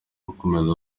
akomeza